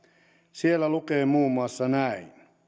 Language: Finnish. siellä lukee muun muassa näin